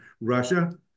Russia